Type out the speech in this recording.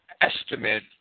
estimate